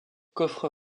coffre